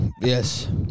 Yes